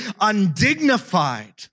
undignified